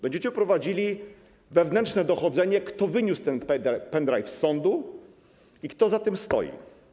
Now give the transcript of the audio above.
Będziecie prowadzili wewnętrzne dochodzenie, kto wyniósł ten pendrive z sądu i kto za tym stoi.